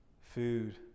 Food